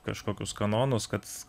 kažkokius kanonus kad